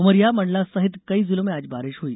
उमरिया मंडला सहित कई जिलों में आज बारिश हुई